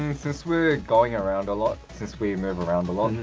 um since we're going around a lot, since we move around a lot,